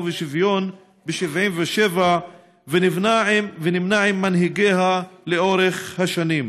ושוויון ב-1977 ונמנה עם מנהיגיה לאורך השנים.